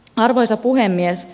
arvoisa puhemies